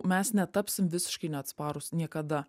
mes netapsim visiškai neatsparūs niekada